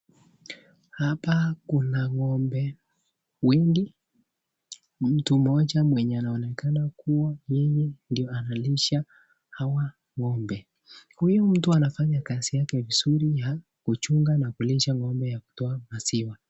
Hapa kuna ngombe wengi mtu mmoja mwenye anaonekana kuwa yeye ndiye analisha hawa ngombe. Huyu mtu anafanya kazi yake vizuri ya kuchunga na kulisha ngombe ya kutoa maziwa.